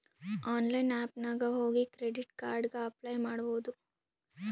online app ನಾಗ್ ಹೋಗಿ credit card ಗ ಅಪ್ಲೈ ಮಾಡ್ಬೋದು